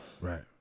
Right